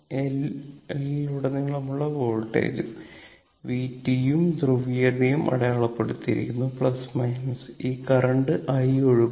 ഉം L ൽ ഉടനീളം ഉള്ള വോൾട്ടേജും vt ഉം ധ്രുവീയതയും അടയാളപ്പെടുത്തിയിരിക്കുന്നു ഈ കറന്റ് i ഒഴുകുന്നു